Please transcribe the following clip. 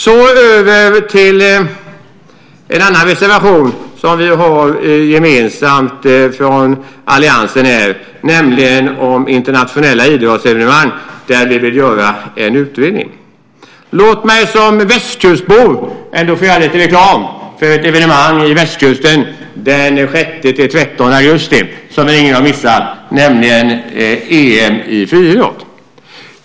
Så över till en annan reservation som vi har gemensamt från alliansen, nämligen om internationella idrottsevenemang där vi vill göra en utredning. Låt mig som västkustbo få göra lite reklam för ett evenemang på västkusten den 6-13 augusti, som ingen har missat, nämligen EM i friidrott.